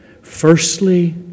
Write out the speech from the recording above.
Firstly